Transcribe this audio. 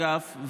אגב,